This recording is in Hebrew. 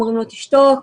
אמרו לו: תשתוק.